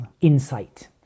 insight